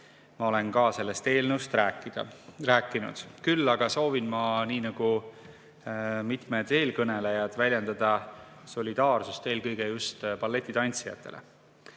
ma olen ka sellest eelnõust rääkinud. Küll aga soovin ma nii nagu mitmed eelkõnelejad väljendada solidaarsust eelkõige just balletitantsijatele.